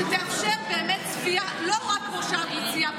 שתאפשר צפייה לא רק כמו שאת מציעה,